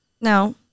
no